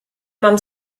mam